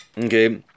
Okay